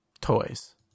toys